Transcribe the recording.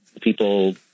people